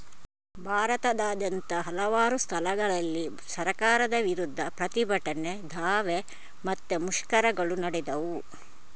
ಭಾರತದಾದ್ಯಂತ ಹಲವಾರು ಸ್ಥಳಗಳಲ್ಲಿ ಸರ್ಕಾರದ ವಿರುದ್ಧ ಪ್ರತಿಭಟನೆ, ದಾವೆ ಮತ್ತೆ ಮುಷ್ಕರಗಳು ನಡೆದವು